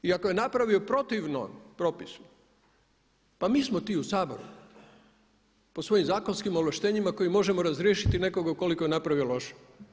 I ako je napravio protivno propisu, pa mi smo ti u Saboru po svojim zakonskim ovlaštenjima koji možemo razriješiti nekoga ukoliko je napravio loše.